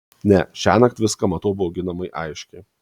ne šiąnakt viską matau bauginamai aiškiai